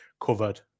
covered